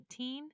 2019